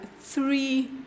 three